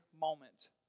moment